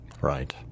right